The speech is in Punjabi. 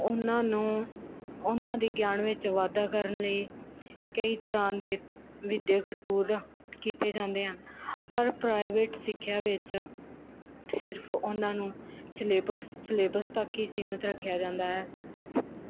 ਉਹਨਾਂ ਨੂੰ ਉਹਨਾਂ ਦੇ ਗਿਆਨ ਵਿੱਚ ਵਾਧਾ ਕਰਨ ਲਈ ਕਈ ਤਰ੍ਹਾਂ ਦੇ ਵਿੱਦਿਅਕ ਟੂਰ ਕੀਤੇ ਜਾਂਦੇ ਹਨ ਪਰ ਪ੍ਰਾਈਵੇਟ ਸਿੱਖਿਆ ਵਿੱਚ ਸਿਰਫ ਉਹਨਾਂ ਨੂੰ ਸਿਲੇਬਸ ਸਿਲੇਬਸ ਤੱਕ ਹੀ ਸੀਮਤ ਰੱਖਿਆ ਜਾਂਦਾ ਹੈ